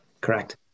Correct